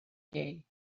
day